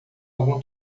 algum